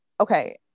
Okay